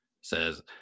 says